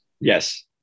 Yes